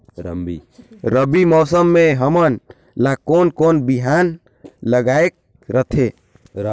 रबी मौसम मे हमन ला कोन कोन बिहान लगायेक रथे?